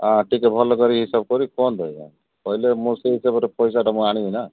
ହଁ ଟିକେ ଭଲ କରି ହିସାବ କରି କୁହନ୍ତୁ ଆଜ୍ଞା କହିଲେ ମୁଁ ସେଇ ହିସାବରେ ପଇସାଟା ମୁଁ ଆଣିବି ନା